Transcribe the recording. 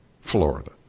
Florida